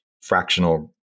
fractional